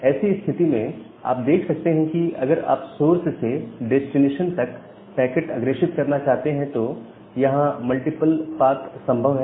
ऐसी स्थिति में आप देख सकते हैं कि अगर आप सोर्स से डेस्टिनेशन तक पैकेट अग्रेषित करना चाहते हैं तो यहां मल्टीपल पाथ संभव है